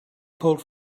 pulled